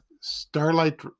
Starlight